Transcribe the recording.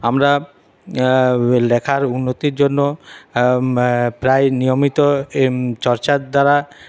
আমরা লেখার উন্নতির জন্য প্রায় নিয়মিত চর্চার দ্বারা